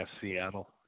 Seattle